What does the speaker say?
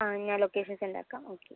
ആ ഞാൻ location send ആക്കാം ഓക്കെ